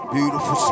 Beautiful